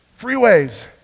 freeways